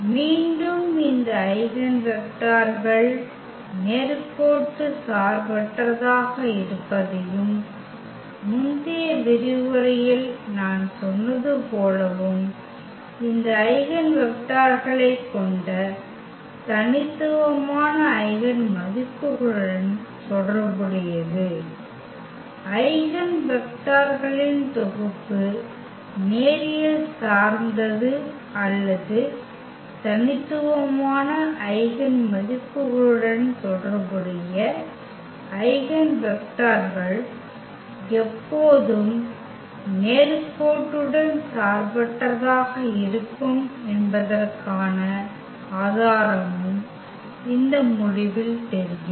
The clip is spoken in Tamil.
மீண்டும் இந்த ஐகென் வெக்டர்கள் நேர்கோட்டு சார்பற்றதாக இருப்பதையும் முந்தைய விரிவுரையில் நான் சொன்னது போலவும் இந்த ஐகென் வெக்டர்களைக் கொண்ட தனித்துவமான ஐகென் மதிப்புகளுடன் தொடர்புடையது ஐகென் வெக்டர்களின் தொகுப்பு நேரியல் சார்ந்தது அல்லது தனித்துவமான ஐகென் மதிப்புகளுடன் தொடர்புடைய ஐகென் வெக்டர்கள் எப்போதும் நேர்கோட்டுடன் சார்பற்றதாக இருக்கும் என்பதற்கான ஆதாரமும் இந்த முடிவில் தெரியும்